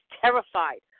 terrified